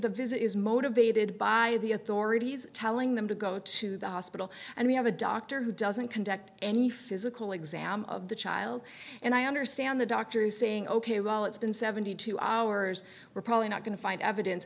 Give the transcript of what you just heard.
the visit is motivated by the authorities telling them to go to the hospital and we have a doctor who doesn't conduct any physical exam of the child and i understand the doctor's saying ok well it's been seventy two hours we're probably not going to find evidence